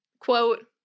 quote